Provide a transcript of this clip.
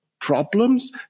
problems